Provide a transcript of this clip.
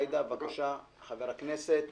החקלאים ביחד.